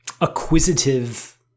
acquisitive